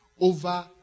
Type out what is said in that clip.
over